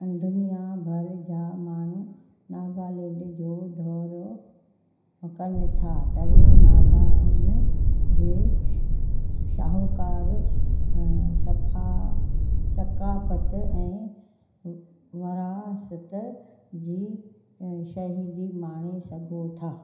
दुनिया भर जा माण्हूं नागालेंड जो दौरो कनि था तव्हां नागा उन जे शाहूकारु सफ़ा सकाफ़त ऐं ऊ विरासत जी शहीदी माणे सघो था